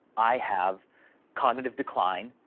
i have cognitive decline.